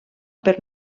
per